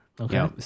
okay